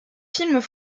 films